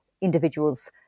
individuals